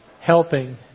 helping